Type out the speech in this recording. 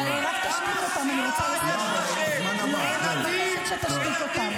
אבל רק תשתיק אותם, אני רוצה לסיים.